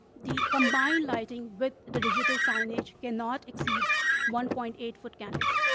the combined lighting with the digital signage cannot exceed one point eight foot candles.